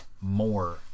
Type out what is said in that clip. more